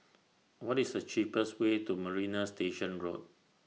What IS The cheapest Way to Marina Station Road